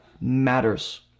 matters